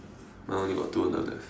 my one only got two on the left